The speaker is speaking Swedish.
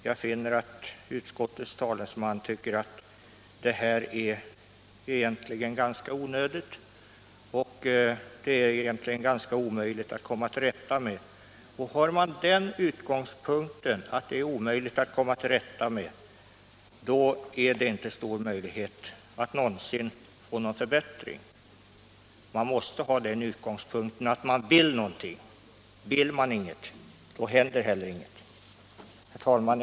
Jag finner att utskottets talesman tycker att detta egentligen är ganska onödigt och omöjligt att komma till rätta med. Har man den utgångspunkten, finns det inte stor möjlighet att någonsin få någon förbättring. Man måste ha utgångspunkten att man vill någonting. Vill man inget, så händer heller inget. Herr talman!